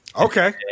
Okay